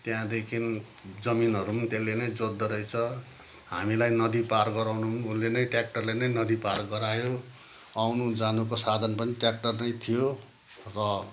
त्यहाँदेखि जमिनहरू पनि त्यसले नै जोत्दोरहेछ हामीलाई नदी पार गराउनु पनि उसले नै ट्याक्टरले नै नदी पार गरायो आउनु जानुको साधन पनि ट्याक्टर नै थियो र